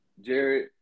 Jared